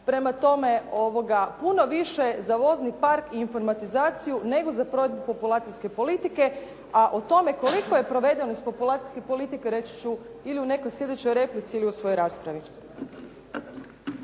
Prema tome, puno više za vozni park i informatizaciju, nego za provedbu populacijske politike, a o tome koliko je provedenost populacijske politike reći ću ili u nekoj sljedećoj replici ili u svojoj raspravi.